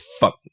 fuck